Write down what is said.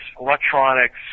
electronics